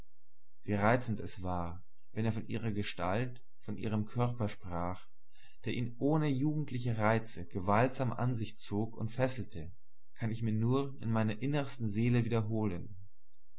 wie reizend es war wenn er von ihrer gestalt von ihrem körper sprach der ihn ohne jugendliche reize gewaltsam an sich zog und fesselte kann ich mir nur in meiner innersten seele wiederholen